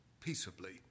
peaceably